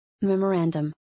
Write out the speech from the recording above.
Memorandum